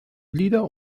lieder